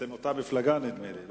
אתם מאותה מפלגה, נדמה לי.